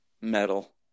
Metal